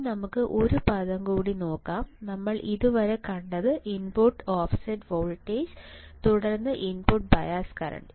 ഇനി നമുക്ക് ഒരു പദം കൂടി നോക്കാം നമ്മൾ ഇതുവരെ കണ്ടത് ഇൻപുട്ട് ഓഫ്സെറ്റ് വോൾട്ടേജ് തുടർന്ന് ഇൻപുട്ട് ബയസ് കറന്റ്